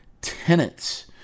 tenants